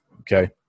okay